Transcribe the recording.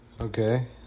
Okay